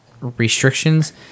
restrictions